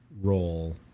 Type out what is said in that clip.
role